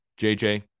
JJ